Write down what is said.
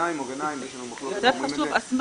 שיבחנו אותך עוד לפני